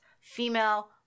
female